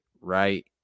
right